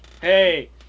Hey